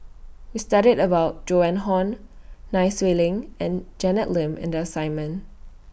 We studied about Joan Hon Nai Swee Leng and Janet Lim in The assignment